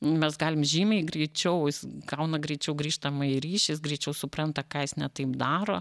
mes galim žymiai greičiau gauna greičiau grįžtamąjį ryšį jis greičiau supranta ką jis ne taip daro